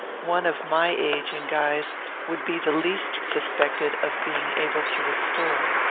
one of my age and guise would be the least suspected of being able to restore.